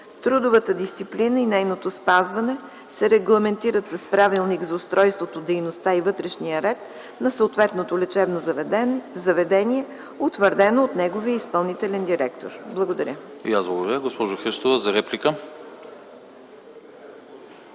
Трудовата дисциплина и нейното спазване се регламентират с Правилник за устройството, дейността и вътрешния ред на съответното лечебно заведение, утвърден от неговия изпълнителен директор. Благодаря. ПРЕДСЕДАТЕЛ АНАСТАС АНАСТАСОВ: И аз благодаря. Госпожо Христова, за реплика.